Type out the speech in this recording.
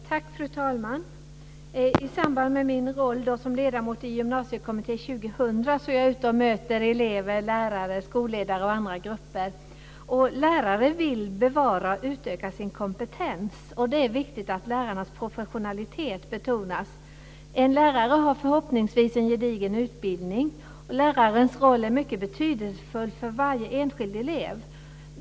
Fru talman! I samband med min roll som ledamot i Gymnasiekommitté 2000 är jag ute och möter elever, lärare, skolledare och andra grupper. Lärare vill bevara och utöka sin kompetens. Det är viktigt att lärarnas professionalitet betonas. En lärare har förhoppningsvis en gedigen utbildning. Lärarens roll är mycket betydelsefull för varje enskild elev.